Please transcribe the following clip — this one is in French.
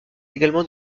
également